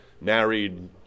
married